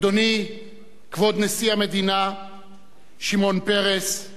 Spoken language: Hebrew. אדוני כבוד נשיא המדינה שמעון פרס,